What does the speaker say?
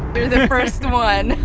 you're the first one.